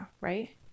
right